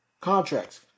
contracts